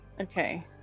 Okay